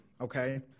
okay